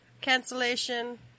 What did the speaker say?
cancellation